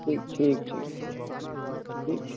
ٹھیٖک تھیٖک ٹھیٖک چھُ